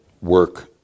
work